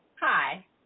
Hi